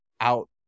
out